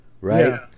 Right